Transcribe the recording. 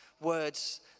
words